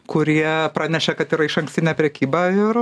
kurie pranešė kad yra išankstinė prekyba ir